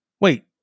Wait